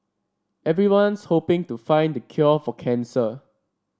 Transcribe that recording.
everyone's hoping to find the cure for cancer